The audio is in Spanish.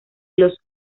los